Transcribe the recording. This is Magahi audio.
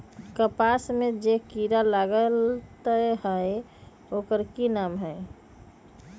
कपास में जे किरा लागत है ओकर कि नाम है?